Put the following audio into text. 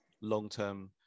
long-term